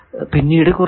പിന്നീട് കുറക്കുക